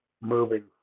moving